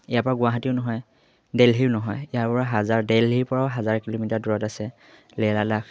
ইয়াৰ পৰা গুৱাহাটীও নহয় দেলহিও নহয় ইয়াৰ পৰা হাজাৰ দেলহিৰ পৰাও হাজাৰ কিলোমিটাৰ দূৰত আছে লাডাখ